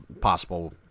possible